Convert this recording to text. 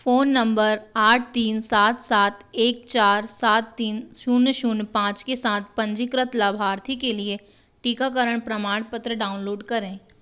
phone number आठ तीन सात सात एक चार सात तीन शून्य शून्य पाँच के साथ पंजीकृत लाभार्थी के लिए टीकाकरण प्रमाणपत्र डाउनलोड करें